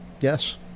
Yes